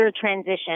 transition